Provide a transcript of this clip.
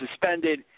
suspended